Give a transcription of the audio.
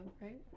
right